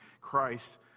Christ